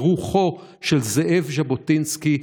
ברוחו של זאב ז'בוטינסקי,